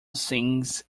sings